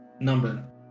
number